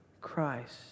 Christ